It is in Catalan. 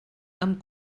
amb